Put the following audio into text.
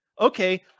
okay